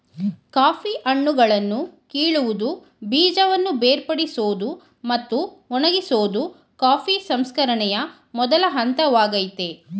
coffee ಹಣ್ಣುಗಳನ್ನು ಕೀಳುವುದು ಬೀಜವನ್ನು ಬೇರ್ಪಡಿಸೋದು ಮತ್ತು ಒಣಗಿಸೋದು ಕಾಫಿ ಸಂಸ್ಕರಣೆಯ ಮೊದಲ ಹಂತವಾಗಯ್ತೆ